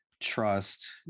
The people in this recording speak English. trust